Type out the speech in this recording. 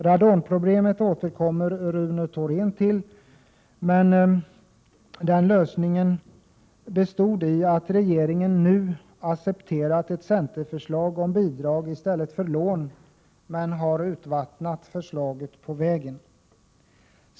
Radonproblemet återkommer Rune Thorén till, men jag vill nämna att lösningen därvidlag bestod i att regeringen nu accepterat ett centerförslag om bidrag i stället för lån men har urvattnat det förslaget på vägen.